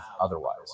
otherwise